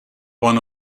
one